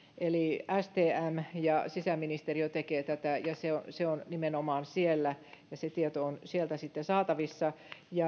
eli stm ja sisäministeriö tekevät tätä se se on nimenomaan siellä ja se tieto on sieltä sitten saatavissa